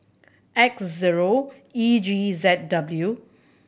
X zero E G Z W